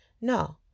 no